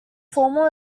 formal